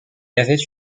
avait